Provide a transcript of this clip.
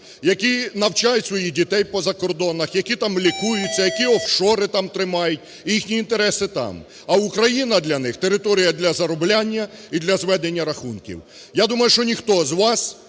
які навчають своїх дітей по закордонах, які там лікуються, які офшори там тримають і їхні інтереси там, а Україна для них – територія для заробляння і для зведення рахунків. Я думаю, що ніхто з вас